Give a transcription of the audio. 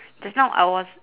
just now I was